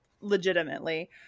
legitimately